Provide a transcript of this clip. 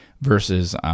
versus